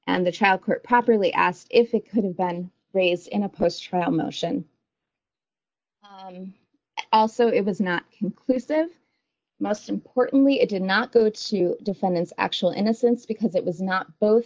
and the childcare properly asked if it could have been raised in a post trial motion also it was not conclusive most importantly it did not go to defendant's actual innocence because it was not both